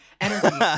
energy